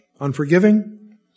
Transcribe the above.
unforgiving